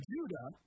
Judah